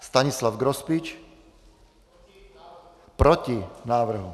Stanislav Grospič: Proti návrhu.